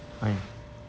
why